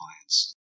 clients